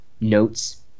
notes